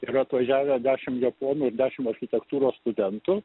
yra atvažiavę dešim japonų ir dešim architektūros studentų